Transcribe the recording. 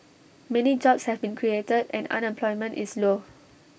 many jobs have been created and unemployment is low